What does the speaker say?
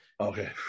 Okay